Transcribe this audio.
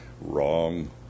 Wrong